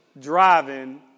driving